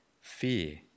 fear